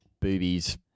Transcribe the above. boobies